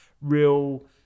real